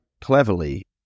cleverly